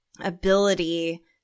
ability